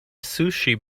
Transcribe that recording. sushi